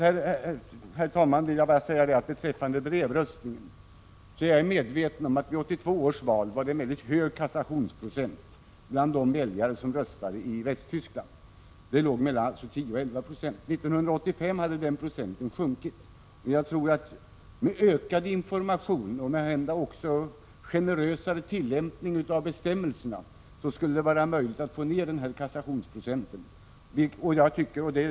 Beträffande brevröstningen vill jag bara säga att jag är medveten om att det vid 1982 års val var en mycket hög kassationsprocent för de väljare som röstade i Västtyskland, mellan 10 och 11 96. 1985 hade kassationsprocenten sjunkit, och jag tror att med ökad information, och måhända en generösare tillämpning av bestämmelserna, skulle det vara möjligt att få ned kassationsprocenten ytterligare.